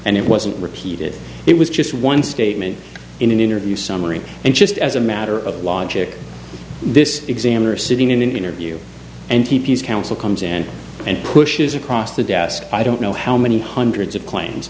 and it wasn't repeated it was just one statement in an interview summary and just as a matter of logic this examiner sitting in an interview and tepees counsel comes in and pushes across the desk i don't know how many hundreds of cla